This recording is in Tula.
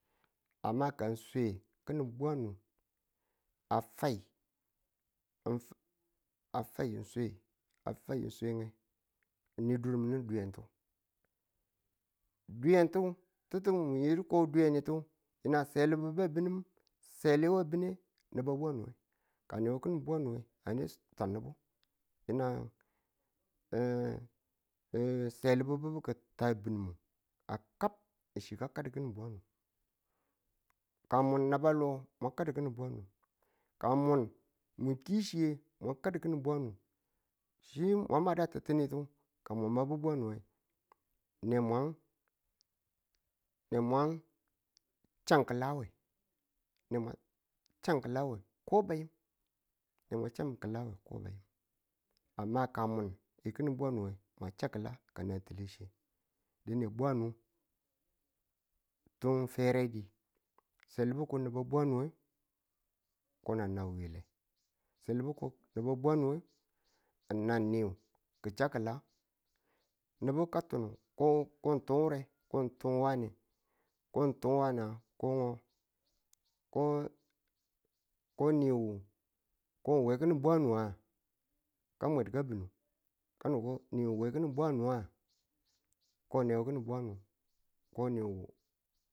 amma ka ng swe ki̱ning bwanu a fai ng a fai ng swe a fai ng swe ng ni durminu duyenti. duyenti titi mwan du ko duyenitu yinang selibu ba bi̱ne sele wa bi̱ne naba bwanu ka a ne kinin bwenu we a ne s- tan nubu yinang selebibu ki̱ ta bi̱nun a kab ng chi ka kadu ki̱nu bwanu. ka mwan naba lo mwa kadu ki̱nin bwanu ka mwan mu ki chiye mwa kadu ki̱nin bwanu chi mwa madu a ti̱ttinitu ka mwa mabu bwanu nge newan newan chan ki̱la we newan chan kila we ko bayim ne mwan chan ki̱la we ko bayim amma ka mwan ki̱nin bwanu nge mwa cha kila kanan tile chi dine bwanu tun fere di selebu ko naba bwanu nge ko nge nan wile selebu ko naba bwanu nge nan niwu ki̱ cha ki̱la nubu ka tunu ku ku ng tun wure ko ng tun wane ko ng tun wana ko ngo ko ko ni wo ko we ki̱nin bwanu wa ka mwe ka bunu kono ko newe we ki̱nin bwanu wa ko newe kinin bwanu ko newe